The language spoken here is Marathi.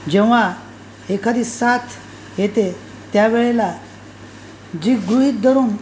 जेव्हा एखादी साथ येते त्यावेळेला जी गृहित धरून